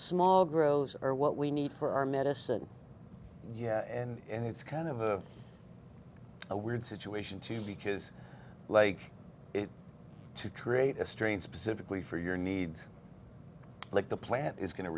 small grows are what we need for our medicine yeah and it's kind of a weird situation too because like to create a strain specifically for your needs like the plant is going to